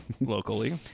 locally